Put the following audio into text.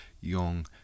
Young